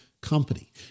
company